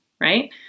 right